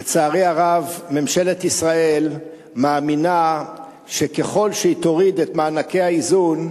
לצערי הרב ממשלת ישראל מאמינה שככל שהיא תוריד את מענקי האיזון,